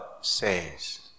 says